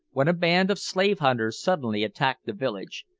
when a band of slave-hunters suddenly attacked the village.